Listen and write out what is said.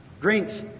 drinks